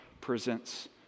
presents